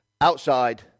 outside